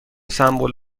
سمبل